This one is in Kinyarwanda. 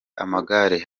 amagare